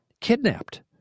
kidnapped